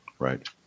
Right